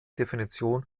definition